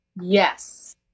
Yes